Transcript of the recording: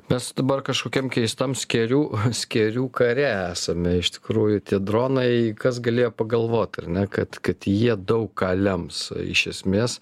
mes dabar kažkokiam keistam skėrių skėrių kare esame iš tikrųjų tie dronai kas galėjo pagalvot ar ne kad kad jie daug ką lems iš esmės